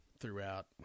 Throughout